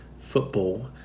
football